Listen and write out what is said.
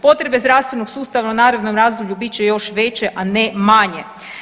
Potrebe zdravstvenog sustava u narednom razdoblju bit će još veće a ne manje.